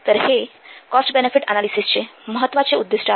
तर हे cost benefit अनालिसिसचे महत्वाचे उद्दीष्ट आहे